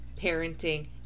parenting